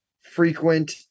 frequent